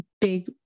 big